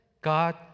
God